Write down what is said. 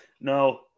no